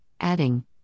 adding